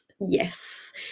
yes